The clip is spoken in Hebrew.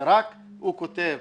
ורק הוא כותב